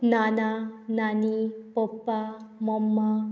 नाना नानी पप्पा मम्मा